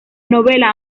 novela